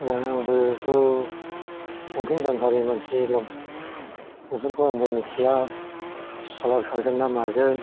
दा आंबोथ' लंफेन गान्थारै मानसि लंफेन बेफोरखौ आंबो मोन्थिया खालार खारगोन्ना मागोन